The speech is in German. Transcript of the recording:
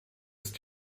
ist